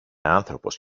άνθρωπος